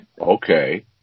Okay